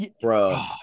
Bro